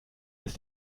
ist